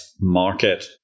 market